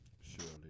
Surely